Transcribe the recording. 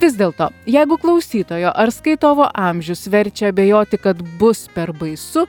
vis dėlto jeigu klausytojo ar skaitovo amžius verčia abejoti kad bus per baisu